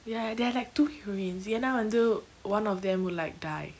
ya there are like two heroines ஏனா வந்து:yena vanthu one of them will like die